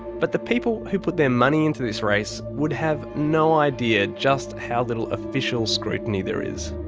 but the people who put their money into this race would have no idea just how little official scrutiny there is.